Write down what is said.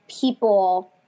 people